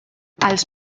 als